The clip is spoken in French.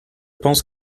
pense